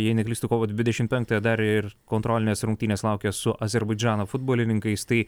jei neklystu kovo dvidešim penktąją dar ir kontrolinės rungtynės laukia su azerbaidžano futbolininkais tai